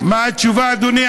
מה התשובה, אדוני?